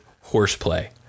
horseplay